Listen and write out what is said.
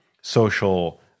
social